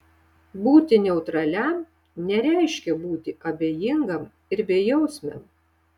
būti neutraliam nereiškia būti abejingam ir bejausmiam